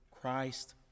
Christ